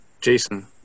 jason